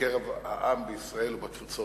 בקרב העם בישראל ובתפוצות.